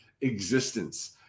existence